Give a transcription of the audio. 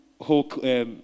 whole